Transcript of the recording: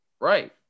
Right